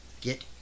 Get